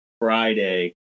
Friday